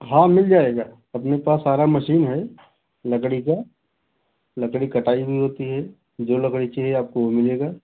हाँ मिल जाएगा अपने पास आरा मशीन है लकड़ी की लकड़ी कटाई भी होती है जो लकड़ी चाहिए आपको वह मिलेगा